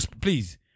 please